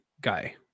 guy